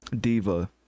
diva